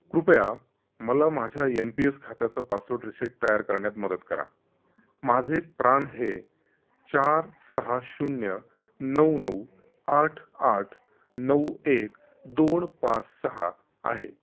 कृपया मला माझ्या यन पी एस खात्याचा पासवर्ड रिसेट तयार करण्यात मदत करा माझे प्राण हे चार सहा शून्य नऊ नऊ आठ आठ नऊ एक दोन पाच सहा आहे